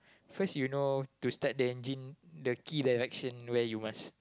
first you know to start the engine the key direction where you must